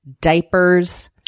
diapers